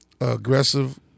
aggressive